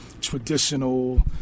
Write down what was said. traditional